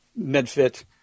MedFit